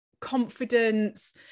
confidence